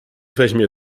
weźmie